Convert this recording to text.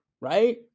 right